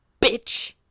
bitch